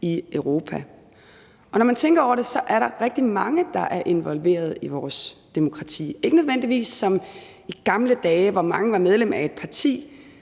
i Europa. Og når man tænker over det, er der rigtig mange, der er involveret i vores demokrati – ikke nødvendigvis som i gamle dage, hvor mange var medlem af et parti,